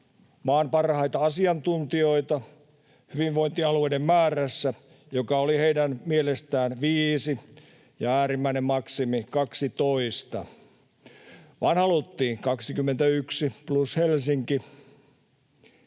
maan parhaita asiantuntijoita hyvinvointialueiden määrässä, joka oli heidän mielestään viisi ja äärimmäinen maksimi 12, vaan haluttiin 21 plus Helsinki.